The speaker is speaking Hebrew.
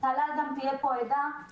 דיברתי עם טלל על זה והיא תעיד על כך.